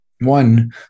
one